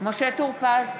משה טור פז,